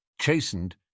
Chastened